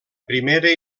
primera